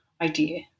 idea